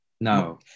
no